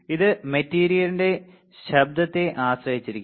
ഇത് മെറ്റീരിയലിന്റെ തരത്തെ ആശ്രയിച്ചിരിക്കുന്നു